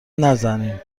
نزنین